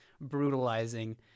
brutalizing